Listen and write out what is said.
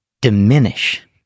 diminish